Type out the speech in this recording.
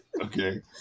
Okay